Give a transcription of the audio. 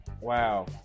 Wow